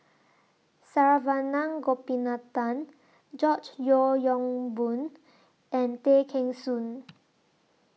Saravanan Gopinathan George Yeo Yong Boon and Tay Kheng Soon